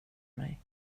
mig